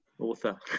author